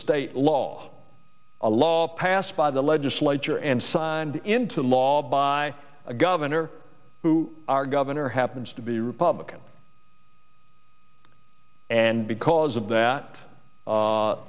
state law a law passed by the legislature and signed into law by a governor who our governor happens to be a republican and because of that